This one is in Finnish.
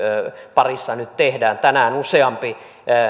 parissa nyt tehdään tänään useampi